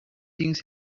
things